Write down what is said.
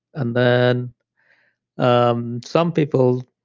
and then um some people,